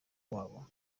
wabo